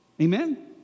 Amen